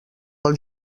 pel